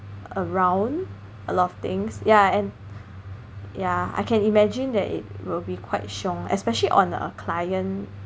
around a lot of things yeah and yeah I can imagine that it will be quite 凶 especially on a client